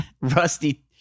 Rusty